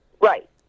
Right